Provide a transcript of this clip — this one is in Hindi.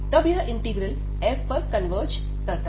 तब यह इंटीग्रल f पर कन्वर्ज करता है